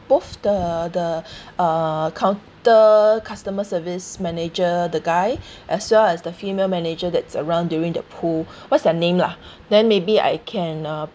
both the the uh counter customer service manager the guy as well as the female manager that's around during the pool what's their name lah then maybe I can uh